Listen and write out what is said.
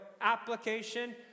application